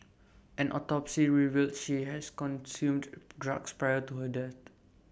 an autopsy revealed she has consumed drugs prior to her death